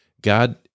God